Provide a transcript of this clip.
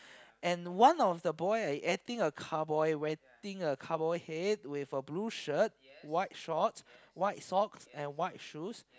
and one of the boy act~ acting a cowboy wetting a cowboy head with a blue shirt white short white socks and white shoes